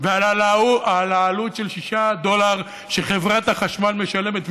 ועל העלות של 6 דולר שחברת החשמל משלמת.